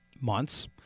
months